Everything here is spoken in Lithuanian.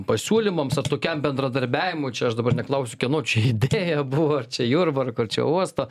pasiūlymams ar tokiam bendradarbiavimui čia aš dabar neklaus kieno čia idėja buvo ar čia jurbarko ar čia uosto